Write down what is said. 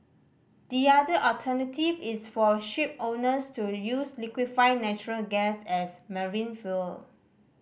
the other alternative is for shipowners to use liquefied natural gas as marine fuel